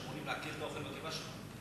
שאמורים לעכל את האוכל בקיבה שלך.